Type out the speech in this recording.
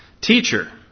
Teacher